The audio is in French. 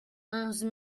onze